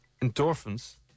endorphins